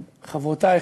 חברותי,